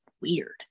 weird